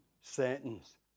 sentence